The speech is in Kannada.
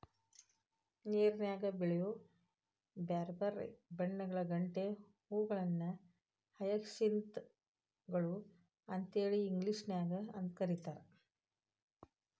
ನೇರನ್ಯಾಗ ಬೆಳಿಯೋ ಬ್ಯಾರ್ಬ್ಯಾರೇ ಬಣ್ಣಗಳ ಗಂಟೆ ಹೂಗಳನ್ನ ಹಯಸಿಂತ್ ಗಳು ಅಂತೇಳಿ ಇಂಗ್ಲೇಷನ್ಯಾಗ್ ಕರೇತಾರ